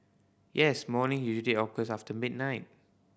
yes morning usually occur after midnight